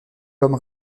comme